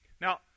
Now